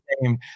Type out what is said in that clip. name